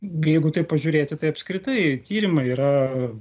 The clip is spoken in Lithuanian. jeigu taip pažiūrėti tai apskritai tyrimai yra